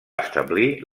establir